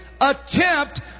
attempt